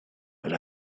but